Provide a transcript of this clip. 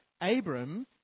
Abram